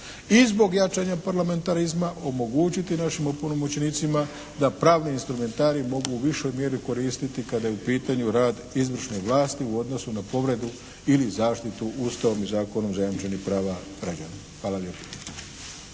i zbog jačanja parlamentarizma omogućiti našim opunomoćenicima da pravni instrumentarij mogu u višoj mjeri koristiti kada je u pitanju rad izvršne vlasti u odnosu na povredu ili zaštitu Ustavom i zakonom zajamčenih prava građana. Hvala lijepo.